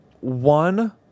one